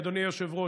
אדוני היושב-ראש,